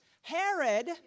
Herod